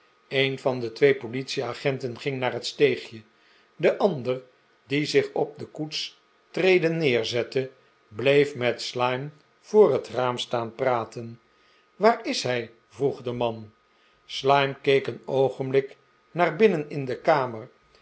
een van de twee politieagenten ging naar het steegje de ander die zich op de koetstrede neerzette bleef met slyme voor het raam staan praten waar is hij vroeg de man slyme keek een oogenblik naar binnen in de kamer